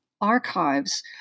archives